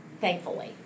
thankfully